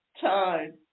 time